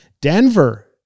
Denver